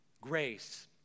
Grace